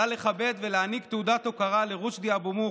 עלה לכבד ולהעניק תעודת הוקרה לרושדי אבו מוך,